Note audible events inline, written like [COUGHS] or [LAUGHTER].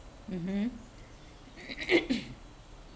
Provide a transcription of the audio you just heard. mmhmm [COUGHS]